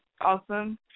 awesome